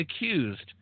accused